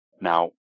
Now